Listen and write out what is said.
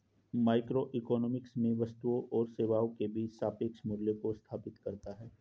microeconomics में वस्तुओं और सेवाओं के बीच सापेक्ष मूल्यों को स्थापित करता है